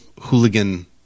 hooligan